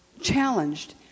challenged